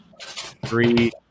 three